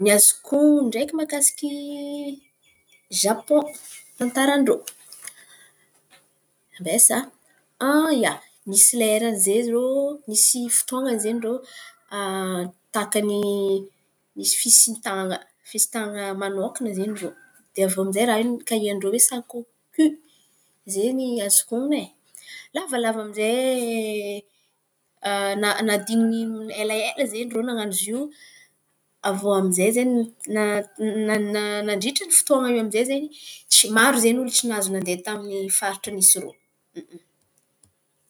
Ny azok’honon̈o ndraiky mahakasiky ny Zapon tantaran-drô, ambesa ia nisy lerany zen̈y irô nisy fotoan̈a izen̈y irô takany misy fisintan̈a fisitan̈a manokana izen̈y irô de avô amizay raha iô ny kahin-drô misy sarikoky zen̈y ny azoko honon̈o, ai. Lavalava aminjay nandin̈y elaela zen̈y irô na<ano izo avô amizay zen̈y na- na- nandritra ny fotoan̈a iô aminjay tsy maro zen̈y olo tsy mahazo nandeha tamin’ny faritra misy irô.